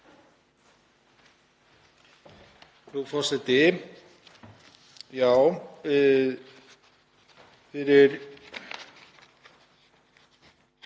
Það eru